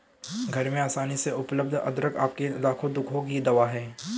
घर में आसानी से उपलब्ध अदरक आपके लाखों दुखों की दवा है